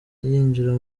yinjira